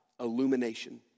illumination